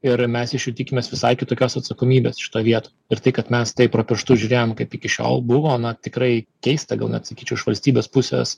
ir mes iš jų tikimės visai kitokios atsakomybės šitoj vietoj ir tai kad mes taip pro pirštus žiūrėjom kaip iki šiol buvo na tikrai keista gal net sakyčiau iš valstybės pusės